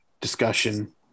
discussion